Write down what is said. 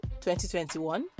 2021